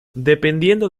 dependiendo